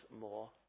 more